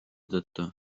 tõttu